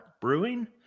Brewing